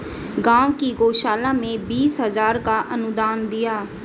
गांव की गौशाला में बीस हजार का अनुदान दिया